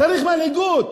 צריך מנהיגות.